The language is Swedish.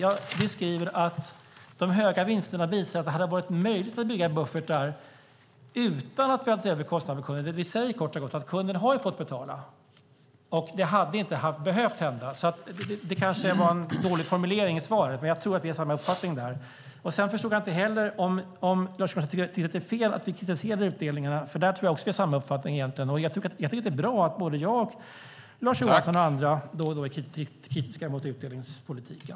Jag skriver: "De höga vinsterna visar att det hade varit möjligt att bygga buffertar . utan att vältra över kostnaderna på kunden." Kunden har ju fått betala, och det hade inte behövt hända. Det kanske var en dålig formulering i svaret. Jag tror att vi har samma uppfattning där. Jag förstod inte heller om Lars Johansson tycker att det är fel att vi kritiserar utdelningarna. Där tror jag också att vi har samma uppfattning. Jag tycker att det är bra att både jag och Lars Johansson, och andra, då och då är kritiska mot utdelningspolitiken.